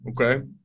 Okay